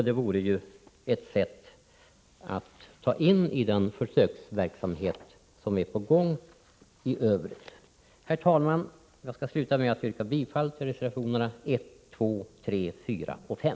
Denna möjlighet kunde tas med i den försöksverksamhet som i övrigt är på gång. Herr talman! Jag skall sluta med att yrka bifall till reservationerna 1,2,3,4 och 5.